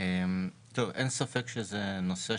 טוב, אין ספק שזה נושא